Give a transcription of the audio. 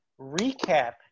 Recap